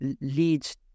leads